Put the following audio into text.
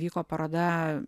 vyko paroda